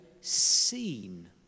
seen